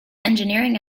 engineering